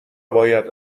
باید